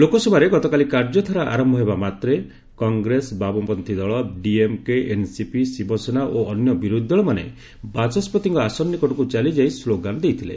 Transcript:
ଲୋକସଭାରେ ଗତକାଲି କାର୍ଯ୍ୟଧାରା ଆରମ୍ଭ ହେବା ମାତ୍ରେ କଂଗ୍ରେସ ବାମପନ୍ଥୀ ଦଳ ଡିଏମ୍କେ ଏନ୍ସିପି ଶିବସେନା ଓ ଅନ୍ୟ ବିରୋଧୀ ଦଳମାନେ ବାଚସ୍କତିଙ୍କ ଆସନ ନିକଟକୁ ଚାଲିଯାଇ ସ୍ଲୋଗାନ ଦେଇଥିଲେ